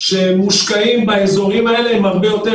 המשאבים שמושקעים באזורים האלה הם הרבה יותר,